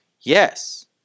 yes